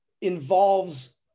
involves